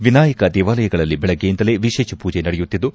ವಿನಾಯಕ ದೇವಾಲಯಗಳಲ್ಲಿ ಬೆಳಗ್ಗೆಯಿಂದಲ್ಲೇ ವಿಶೇಷ ಪೂಜೆ ನಡೆಯುತ್ತಿದ್ದು